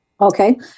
Okay